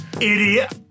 idiot